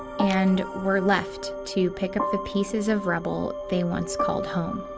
and were left to pick up the pieces of rubble they once called home.